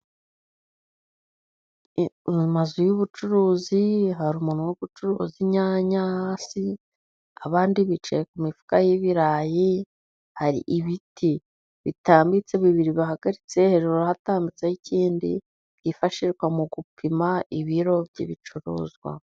Mu mazu y'ubucuruzi hari umuntu wo gucuruza inyanya. Abandi bicaye ku mifuka y'ibirayi, hari ibiti bitambitse bibiri bahagaritse rutambitseho ikindi byifashishwa mu gupima ibiro by'ibicuruzwa.